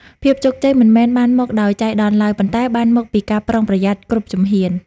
ភាពជោគជ័យមិនមែនបានមកដោយចៃដន្យឡើយ ប៉ុន្តែបានមកពីការប្រុងប្រយ័ត្នគ្រប់ជំហាន។